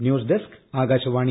news desk Akashvani